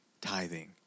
tithing